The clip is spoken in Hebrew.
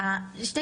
מצד